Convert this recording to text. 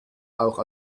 auch